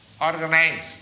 organized